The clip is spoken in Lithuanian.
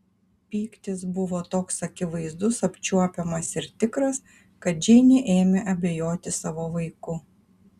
pyktis buvo toks akivaizdus apčiuopiamas ir tikras kad džeinė ėmė abejoti savo vaiku